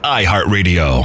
iHeartRadio